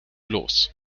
los